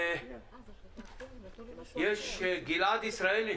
גלעד ישראלי,